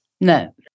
No